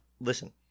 listen